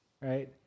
right